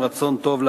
עם רצון טוב.